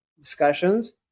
discussions